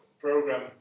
program